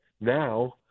now